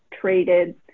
traded